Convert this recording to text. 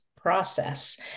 process